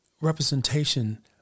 representation